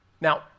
Now